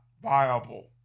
viable